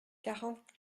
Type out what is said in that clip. quarante